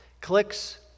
clicks